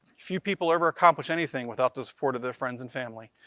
few people ever accomplish anything without the support of their friends and family.